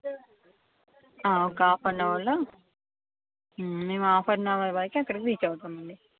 ఒక half an అవర్లో మేం ఆఫ్ ఆన్ అవర్ వరకి అక్కడికి రీచ్ అవుతామండీ